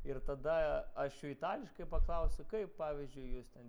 ir tada aš jų itališkai paklausiu kaip pavyzdžiui jūs ten